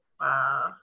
Wow